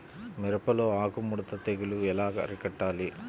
మిరపలో ఆకు ముడత తెగులు ఎలా అరికట్టాలి?